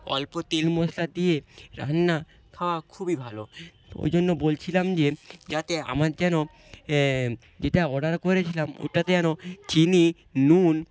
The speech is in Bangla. অল্প তেল মশলা দিয়ে রান্না খাওয়া খুবই ভালো ওই জন্য বলছিলাম যে যাতে আমার যেন যেটা অর্ডার করেছিলাম ওটাতে যেন চিনি নুন